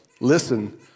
Listen